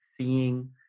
seeing